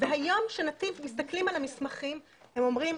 והיום כשנתיב מסתכלים על המסמכים הם אומרים